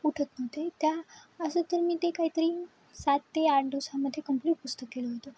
उठत नव्हते त्या असं तर मी ते काही तरी सात ते आठ दिवसामध्ये कंप्लीट पुस्तक केलं होतं